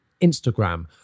Instagram